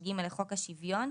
26ג לחוק השוויון,